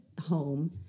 home